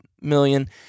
million